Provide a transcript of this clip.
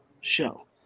show